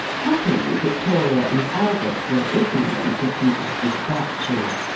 happily victoria and albert were ignorant of these despatches,